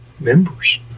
members